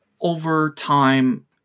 overtime